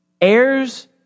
heirs